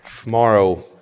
Tomorrow